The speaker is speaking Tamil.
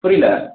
புரியிலை